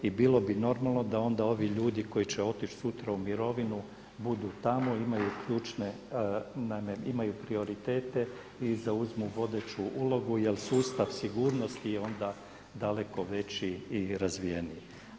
I bilo bi normalno da onda ovi ljudi koji će otići sutra u mirovinu budu tamo, imaju ključne, imaju prioritete i zauzmu vodeću ulogu jer sustav sigurnosti je onda daleko veći i razvijeniji.